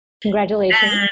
Congratulations